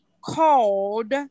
called